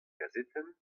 gazetenn